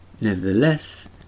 Nevertheless